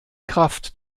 kraft